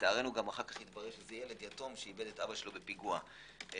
לצערנו אחר כך גם התברר שזה ילד יתום שאיבד את אביו בפיגוע אכזר.